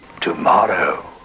Tomorrow